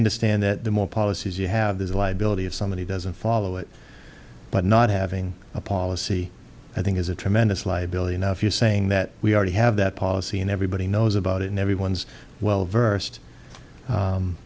understand that the more policies you have there's a liability if somebody doesn't follow it but not having a policy i think is a tremendous liability enough you're saying that we already have that policy and everybody knows about it and everyone's well versed